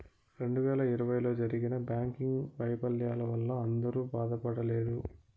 రెండు వేల ఇరవైలో జరిగిన బ్యాంకింగ్ వైఫల్యాల వల్ల అందరూ బాధపడలేదు